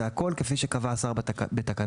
והכול כפי שקבע השר בתקנות,